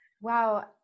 wow